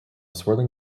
swirling